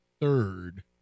third